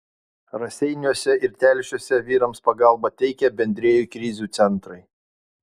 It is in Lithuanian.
raseiniuose ir telšiuose vyrams pagalbą teikia bendrieji krizių centrai